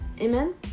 Amen